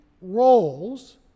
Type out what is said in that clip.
roles